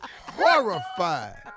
horrified